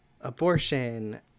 abortion